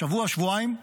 שבוע, שבועיים,